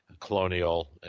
colonial